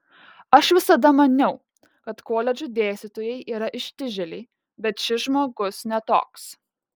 aš visada maniau kad koledžų dėstytojai yra ištižėliai bet šis žmogus ne toks